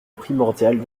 primordial